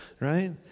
Right